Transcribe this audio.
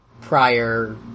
prior